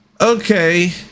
okay